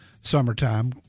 summertime